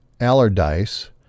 Allardyce